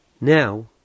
Now